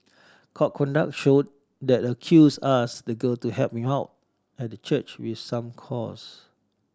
court documents showed that the accused asked the girl to help him out at the church with some chores